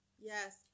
Yes